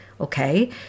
Okay